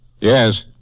Yes